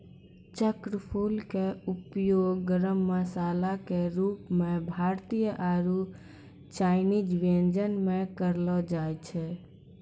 चक्रफूल के उपयोग गरम मसाला के रूप मॅ भारतीय आरो चायनीज व्यंजन म करलो जाय छै